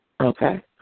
Okay